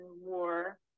war